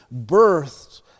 birthed